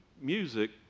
music